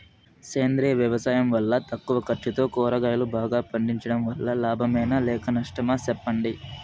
సేంద్రియ వ్యవసాయం వల్ల తక్కువ ఖర్చుతో కూరగాయలు బాగా పండించడం వల్ల లాభమేనా లేక నష్టమా సెప్పండి